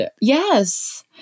Yes